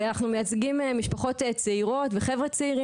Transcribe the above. ואנחנו מייצגים משפחות צעירות וחבר'ה צעירים